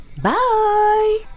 Bye